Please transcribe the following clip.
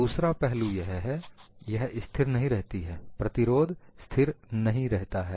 दूसरा पहलू यह है यह स्थिर नहीं रहती है प्रतिरोध स्थिर नहीं रहता है